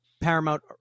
Paramount